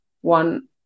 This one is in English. one